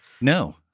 No